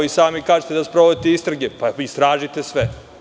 I sami kažete da sprovodite istrage- istražite sve.